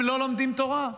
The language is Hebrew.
הם לא לומדים תורה?